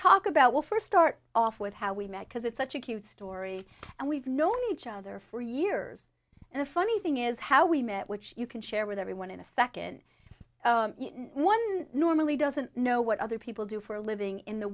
talk about well first start off with how we met because it's such a cute story and we've known each other for years and the funny thing is how we met which you can share with everyone in a second one normally doesn't know what other people do for a living in the